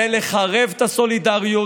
זה לחרב את הסולידריות,